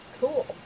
Cool